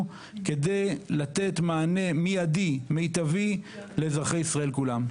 כדי לתת מענה מיידי מיטבי לאזרחי ישראל כולם.